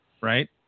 right